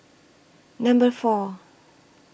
Number four